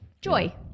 Joy